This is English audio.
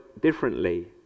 differently